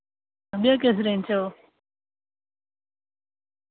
भैया किस रेंज च ऐ ओ